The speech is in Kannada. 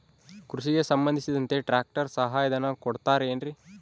ಕೃಷಿಗೆ ಸಂಬಂಧಿಸಿದಂತೆ ಟ್ರ್ಯಾಕ್ಟರ್ ಸಹಾಯಧನ ಕೊಡುತ್ತಾರೆ ಏನ್ರಿ?